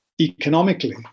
economically